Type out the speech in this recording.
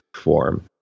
form